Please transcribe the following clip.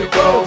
go